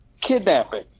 kidnapping